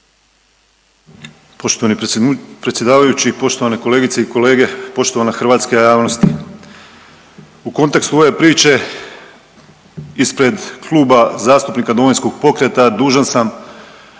Poštovani predsjedavajući, poštovane kolegice i kolege, poštovana hrvatska javnosti, u kontekstu ove priče ispred Kluba zastupnika Domovinskog pokreta dužan sam